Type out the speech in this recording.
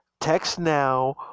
TextNow